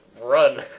run